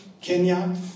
Kenya